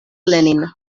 lenin